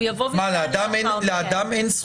לאדם?